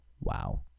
Wow